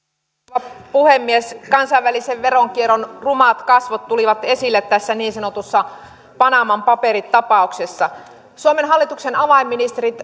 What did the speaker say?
arvoisa rouva puhemies kansainvälisen veronkierron rumat kasvot tulivat esille tässä niin sanotussa panaman paperit tapauksessa suomen hallituksen avainministerit